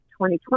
2020